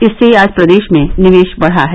इससे आज प्रदेश में निवेश बढ़ा है